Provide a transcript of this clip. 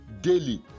daily